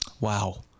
wow